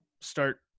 start